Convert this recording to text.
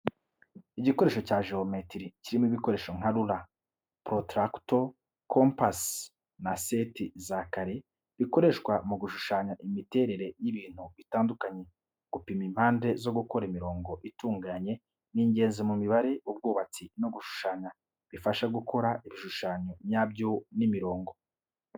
Igikoresho cya jeyometiri kirimo ibikoresho nka rula, protractor, compass na seti za kare, bikoreshwa mu gushushanya imiterere y'ibntu bitandukanye, gupima impande no gukora imirongo itunganye. Ni ingenzi mu mibare, ubwubatsi no gushushanya, bifasha gukora ibishushanyo nyabyo n’imirongo.